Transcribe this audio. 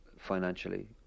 Financially